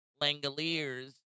Langoliers